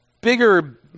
bigger